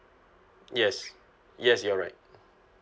yes yes you're right